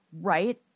right